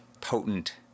potent